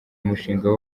umushinga